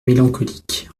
mélancolique